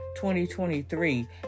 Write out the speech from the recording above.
2023